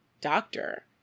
doctor